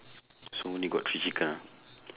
so only got three chicken ah